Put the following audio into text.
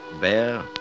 bear